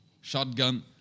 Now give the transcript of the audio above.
shotgun